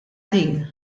din